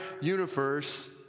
universe